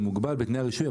שהוא מוגבל בתנאי הרישוי.